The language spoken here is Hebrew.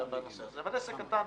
אבל עסק קטן,